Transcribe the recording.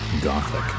Gothic